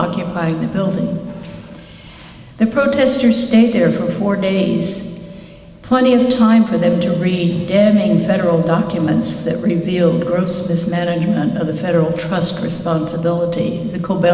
occupying the building the protesters stayed there for four days plenty of time for them to read everything in federal documents that reveal the gross mismanagement of the federal trust responsibility the cobe